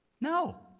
No